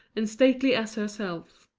and stately as herself.